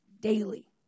daily